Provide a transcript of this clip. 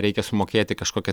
reikia sumokėti kažkokią